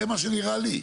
זה מה שנראה לי.